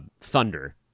thunder